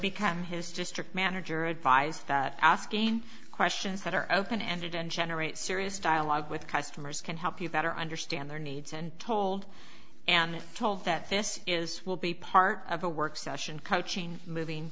become his district manager advised that asking questions that are open ended and generate serious dialogue with customers can help you better understand their needs and told and told that this is will be part of a work session coaching moving